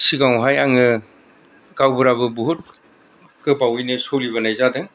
सिगाङावहाय आङो गावबुराबो बहुद गोबावैनो सोलिबोनाय जादों